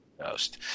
Ghost